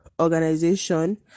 organization